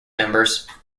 members